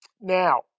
Now